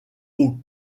haut